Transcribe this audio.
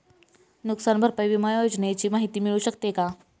नुकसान भरपाई विमा योजनेची माहिती मिळू शकते का?